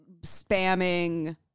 spamming